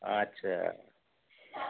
আচ্ছা